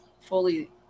fully